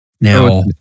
Now